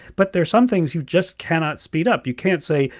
but there are some things you just cannot speed up. you can't say,